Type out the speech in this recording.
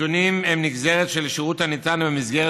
הנתונים הם נגזרת של שירות הניתן במסגרת